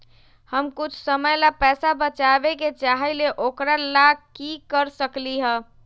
हम कुछ समय ला पैसा बचाबे के चाहईले ओकरा ला की कर सकली ह?